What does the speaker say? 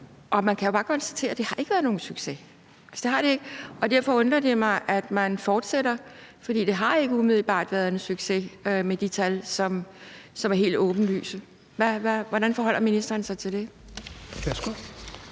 og man kan jo bare konstatere, at det ikke har været nogen succes. Altså, det har det ikke, og derfor undrer det mig, at man fortsætter. For det har ikke umiddelbart været en succes med de tal, som er helt åbenlyse. Hvordan forholder ministeren sig til det?